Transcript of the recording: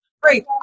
Great